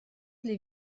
для